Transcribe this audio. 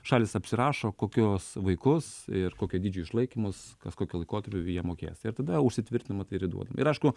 šalys apsirašo kokius vaikus ir kokio dydžio išlaikymus kas kokiu laikotarpiu jie mokės ir tada užsitvirtinama tai yra duo ir aišku